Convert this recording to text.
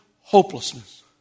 hopelessness